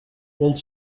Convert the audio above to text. while